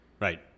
Right